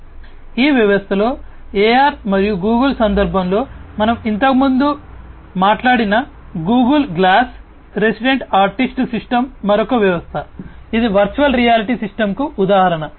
కాబట్టి ఈ వ్యవస్థలో AR మరియు గూగుల్ సందర్భంలో మనం ఇంతకుముందు మాట్లాడిన Google glass resident artist system మరొక వ్యవస్థ ఇది వర్చువల్ రియాలిటీ సిస్టమ్కు ఉదాహరణ